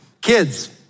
kids